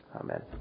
Amen